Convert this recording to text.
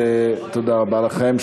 תודה רבה לכם.